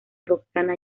roxana